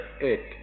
eight